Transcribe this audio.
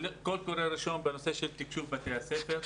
קול קורא ראשון בנושא של תקשוב בתי הספר,